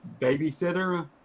Babysitter